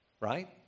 right